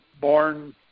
born